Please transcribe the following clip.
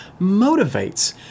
motivates